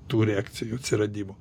tų reakcijų atsiradimo